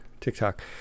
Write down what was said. tiktok